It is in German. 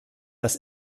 das